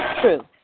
True